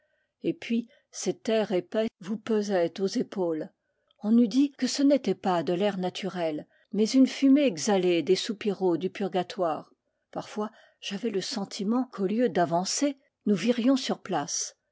et puis cet air épais vous pesait aux épaules on eût dit que ce n'était pas de l'air naturel mais une fumée exhalée des soupiraux dû purgatoire parfois j'avais le sentiment qu au lieu d a vancer nous virions sur place